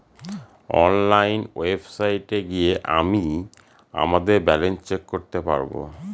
online ওয়েবসাইটে গিয়ে আমিই আমাদের ব্যালান্স চেক করতে পারবো